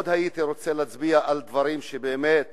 מאוד הייתי רוצה להצביע על דברים שבאמת